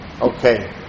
Okay